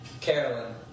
Carolyn